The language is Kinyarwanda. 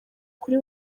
kuri